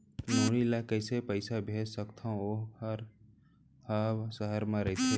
नोनी ल कइसे पइसा भेज सकथव वोकर ह सहर म रइथे?